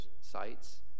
sites